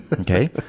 okay